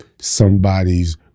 somebody's